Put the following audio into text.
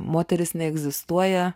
moteris neegzistuoja